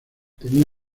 tenía